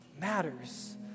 matters